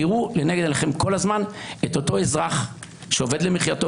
תראו לנגד עיניכם כל הזמן את אותו אזרח שעובד למחיתו,